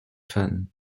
fans